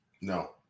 No